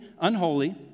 unholy